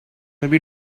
maybe